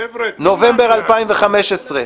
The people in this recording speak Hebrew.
נובמבר 2015,